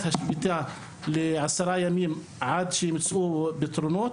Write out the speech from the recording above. השביתה בעשרה ימים עד שיימצאו הפתרונות.